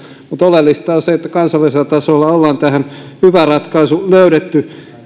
oleellista on se että kansallisella tasolla ollaan tähän hyvä ratkaisu löydetty